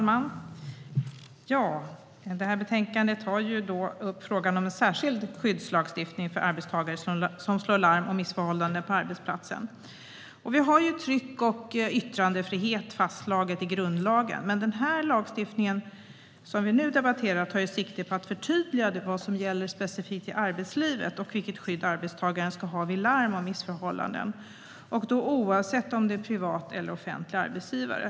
Fru talman! I detta betänkande tas frågan om en särskild skyddslagstiftning för arbetstagare som slår larm om missförhållanden på arbetsplatsen upp. Vi har tryck och yttrandefrihet fastslagna i grundlagen. Men den lag som vi nu debatterar tar sikte på att förtydliga vad som gäller specifikt i arbetslivet och vilket skydd arbetstagaren ska ha vid larm om missförhållanden, oavsett om det är en privat eller en offentlig arbetsgivare.